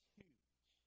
huge